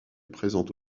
présente